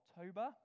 October